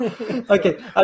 Okay